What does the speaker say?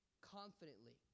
confidently